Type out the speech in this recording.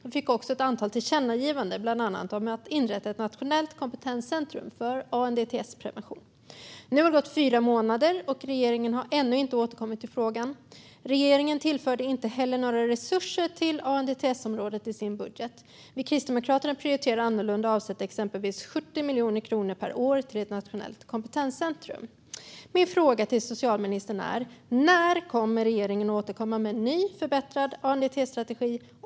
Man fick också ett antal tillkännagivanden, bland annat om att inrätta ett nationellt kompetenscentrum för ANDTS-prevention. Nu har det gått fyra månader. Regeringen har ännu inte återkommit i frågan. Regeringen tillförde inte heller några resurser till ANDTS-området i sin budget. Vi kristdemokrater prioriterar annorlunda och avsätter exempelvis 70 miljoner kronor per år till ett nationellt kompetenscentrum. Mina frågor till socialministern är: När kommer regeringen att återkomma med en ny, förbättrad ANDTS-strategi?